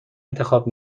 انتخاب